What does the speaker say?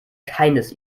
keines